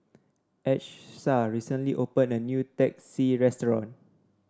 Achsah recently open a new Teh C restaurant